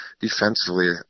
defensively